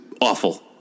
awful